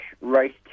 race